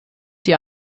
die